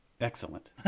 Excellent